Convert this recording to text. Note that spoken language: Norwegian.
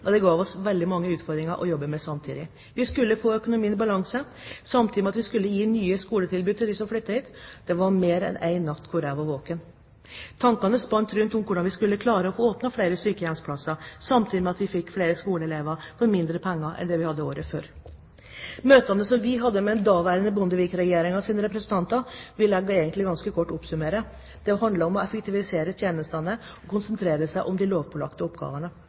og det ga oss veldig mange utfordringer å jobbe med samtidig. Vi skulle få økonomien i balanse, samtidig med at vi skulle gi nye skoletilbud til dem som flyttet hit. Det var mer enn én natt jeg lå våken! Tankene spant rundt hvordan vi skulle klare å få flere sykehjemsplasser, samtidig med at vi fikk flere skoleelever og mindre penger enn vi fikk året før. Møtene som vi hadde med den daværende Bondevik-regjeringens representanter, vil jeg egentlig ganske kort oppsummere slik: Det handlet om å effektivisere tjenestene og konsentrere seg om de lovpålagte oppgavene.